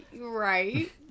Right